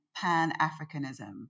Pan-Africanism